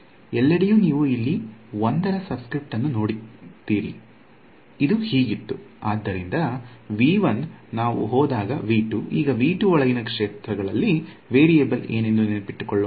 ಎಲ್ಲೆಡೆಯೂ ನೀವು ಇಲ್ಲಿ 1 ರ ಸಬ್ಸ್ಕ್ರಿಪ್ಟ್ ಅನ್ನು ನೋಡುತ್ತೀರಿ ಇದು ಹೀಗಿತ್ತು ಆದ್ದರಿಂದ ನಾವು ಹೋದಾಗ ಈಗ ಒಳಗಿನ ಕ್ಷೇತ್ರಗಳಿಗೆ ವೇರಿಯಬಲ್ ಏನೆಂದು ನೆನಪಿಟ್ಟುಕೊಳ್ಳಲು